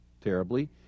terribly